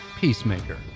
Peacemaker